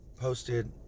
posted